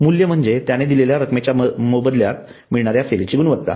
मूल्य म्हणजे त्याने दिलेल्या रकमेच्या बदल्यात मिळणाऱ्या सेवेची गुणवत्ता